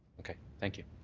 okay. thank you.